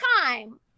time